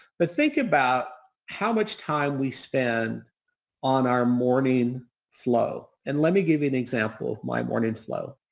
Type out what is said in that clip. but think about how much time we spend on our morning flow. and let me give you an example of my morning flow.